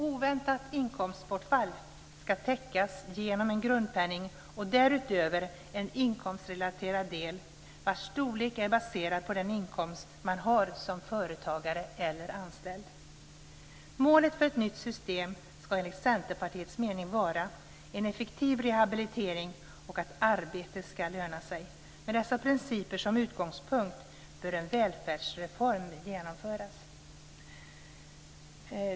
Oväntat inkomstbortfall ska täckas genom en grundpenning och därutöver en inkomstrelaterad del vars storlek är baserad på den inkomst man har som företagare eller anställd. Målet för ett nytt system ska enligt Centerpartiets mening vara en effektiv rehabilitering och att arbete ska löna sig. Med dessa principer som utgångspunkt bör en välfärdsreform genomföras.